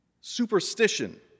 superstition